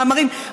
מאמרים,